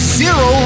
zero